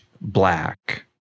black